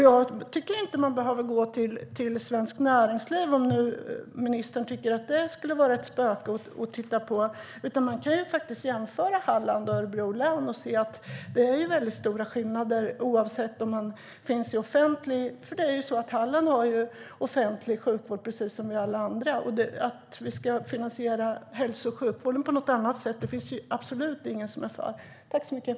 Jag tycker inte att man behöver gå till näringslivet, om nu ministern tycker att det är som att titta på ett spöke. I stället kan man jämföra Hallands och Örebro län. Skillnaderna är stora oavsett om vården bedrivs i offentlig eller privat regi. Halland har offentlig sjukvård precis som alla andra, och det finns absolut ingen som är för att vi skulle finansiera hälso och sjukvården på ett annat sätt.